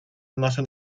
nasze